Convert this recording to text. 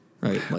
right